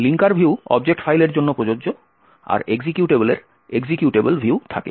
linker view object ফাইলের জন্য প্রযোজ্য আর এক্সিকিউটেবলের এক্সিকিউটেবল ভিউ থাকে